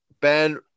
Ben